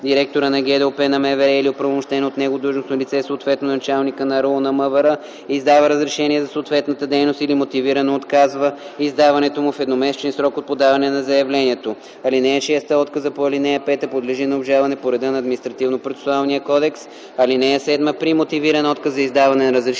Директорът на ГДОП на МВР или оправомощено от него длъжностно лице, съответно началникът на РУ на МВР, издава разрешение за съответната дейност или мотивирано отказва издаването му в едномесечен срок от подаване на заявлението. (6) Отказът по ал. 5 подлежи на обжалване по реда на Административно-процесуалния кодекс. (7) При мотивиран отказ за издаване на разрешение